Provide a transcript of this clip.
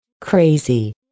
Crazy